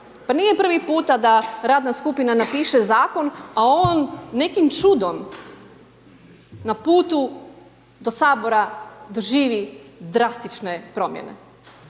pa nije prvi puta da radna skupina napiše Zakon, a on nekim čudom na putu do Sabora doživi drastične promjene.